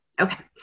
Okay